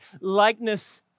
likeness